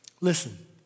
Listen